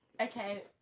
Okay